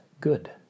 good